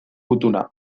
gutuna